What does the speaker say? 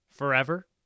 Forever